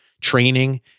training